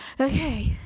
okay